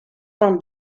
from